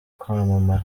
kwamamara